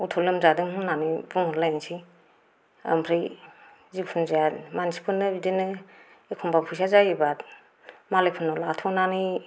गथ' लोमजादों होननानै बुंहरलायनोसै ओमफ्राय जिखुनु जाया मानसिफोरनो बिदिनो एखनबा फैसा जायोबा मालायफोरनाव लाथ'नानै